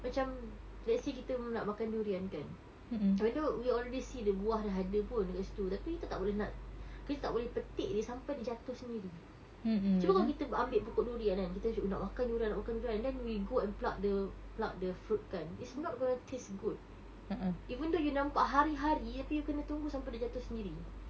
macam let's say kita nak makan durian kan even though we already see the buah dah ada pun dekat situ tapi kita tak boleh nak kita tak boleh petik dia sampai dia jatuh sendiri cuba kalau kita bua~ ambik pokok durian kan kita sibuk nak makan durian nak makan durian and then we go and pluck the pluck the fruit kan it's not going to taste good even though you nampak hari-hari tapi you kena tunggu sampai dia jatuh sendiri